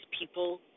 people